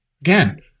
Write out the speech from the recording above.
Again